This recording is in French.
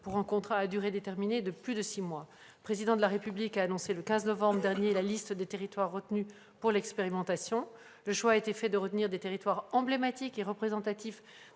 pour un contrat à durée déterminée de plus de six mois. Le Président de la République a annoncé, le 15 novembre dernier, la liste des territoires retenus pour l'expérimentation. Le choix a été fait de retenir des territoires emblématiques et représentatifs